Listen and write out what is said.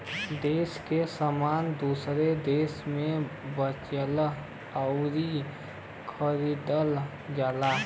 देस के सामान दूसर देस मे बेचल अउर खरीदल जाला